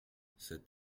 cet